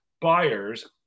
buyers